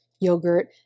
yogurt